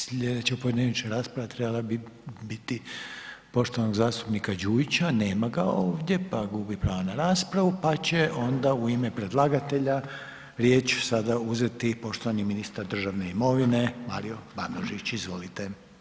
Slijedeća pojedinačna rasprava trebala bi biti poštovanog zastupnika Đujića, nema ga ovdje pa gubi pravo na raspravu pa će onda u ime predlagatelja riječ sada uzeti poštovani ministar državne imovine Mario Banožić, izvolite.